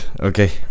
okay